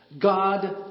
God